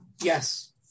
Yes